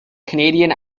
canadian